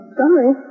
sorry